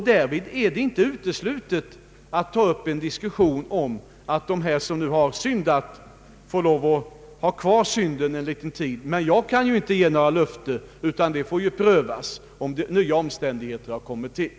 Därvid är det inte uteslutet att ta upp en diskussion om att de som här ”syndat” får lov att ha kvar ”synden” en liten tid. Men jag kan naturligtvis inte ge några löften, utan det får prövas om nya omständigheter har kommit fram.